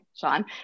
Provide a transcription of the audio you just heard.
Sean